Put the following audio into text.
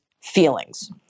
feelings